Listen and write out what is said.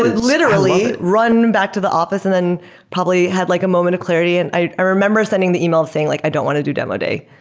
run back to the office and then probably had like a moment of clarity. and i i remember sending the email saying like i don't want to do demo day.